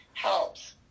helps